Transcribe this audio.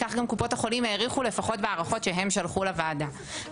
כך גם קופות החולים העריכו לפחות בהערכות שהן שלחו לוועדה.